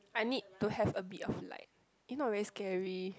I need to have a bit of light if not very scary